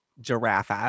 Giraffe